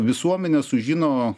visuomenė sužino